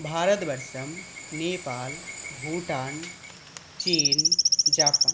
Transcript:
भारतवर्षं नेपाल् भूटान् चीन् जापान्